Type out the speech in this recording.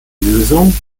lösung